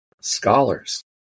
scholars